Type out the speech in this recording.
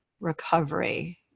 recovery